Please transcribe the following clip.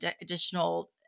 additional